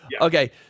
Okay